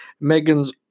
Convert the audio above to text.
Megan's